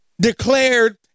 declared